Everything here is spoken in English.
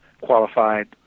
qualified